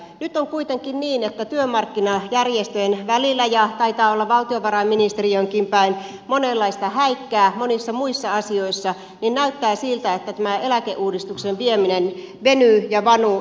nyt on kuitenkin niin että työmarkkinajärjestöjen välillä ja taitaa olla valtiovarainministeriöönkin päin on monenlaista häikkää monissa muissa asioissa joten näyttää siltä että tämä eläkeuudistuksen vieminen venyy ja vanuu